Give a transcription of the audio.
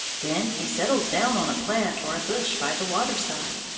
then he settles down on a plant or bush by the water-side,